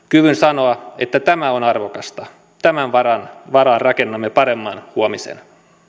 kyvyn sanoa että tämä on arvokasta tämän varaan varaan rakennamme paremman huomisen